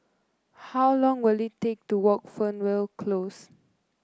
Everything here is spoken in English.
how long will it take to walk Fernvale Close